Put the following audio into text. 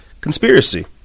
conspiracy